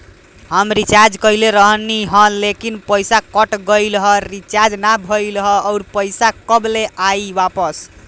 हम रीचार्ज कईले रहनी ह लेकिन पईसा कट गएल ह रीचार्ज ना भइल ह और पईसा कब ले आईवापस?